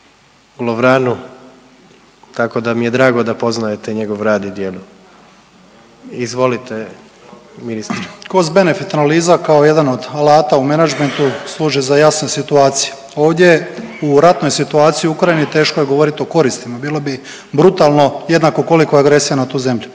Lovranu tako da mi je drago da poznajete njegov rad i djelo. Izvolite ministre. **Banožić, Mario (HDZ)** Cost-benefit analiza kao jedan od alata u menadžmentu služi za jasne situacije. Ovdje u ratnoj situaciji u Ukrajini teško je govorit o koristima, bilo bi brutalno jednako koliko i agresija na tu zemlju.